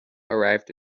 arrived